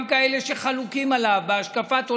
גם כאלה שחלוקים עליו בהשקפת העולם.